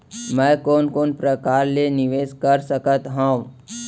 मैं कोन कोन प्रकार ले निवेश कर सकत हओं?